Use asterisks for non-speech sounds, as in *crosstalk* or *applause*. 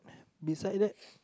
beside that *breath*